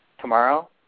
tomorrow